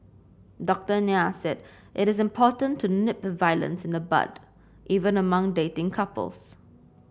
Doctor Nair said it is important to nip violence in the bud even among dating couples